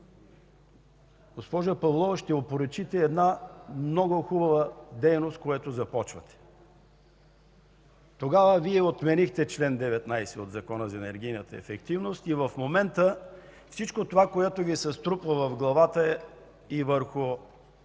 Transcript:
Госпожо Павлова, ще опорочите една много хубава дейност, която започвате. Тогава Вие отменихте чл. 19 от Закона за енергийната ефективност и в момента всичко това, което Ви се струпва на главата и върху